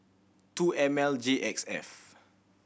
two M L J X F